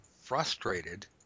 Frustrated